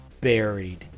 buried